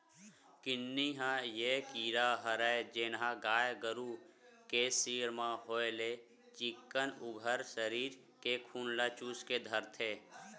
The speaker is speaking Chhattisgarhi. किन्नी ह ये कीरा हरय जेनहा गाय गरु के सरीर म होय ले चिक्कन उखर सरीर के खून ल चुहके बर धरथे